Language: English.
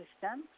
system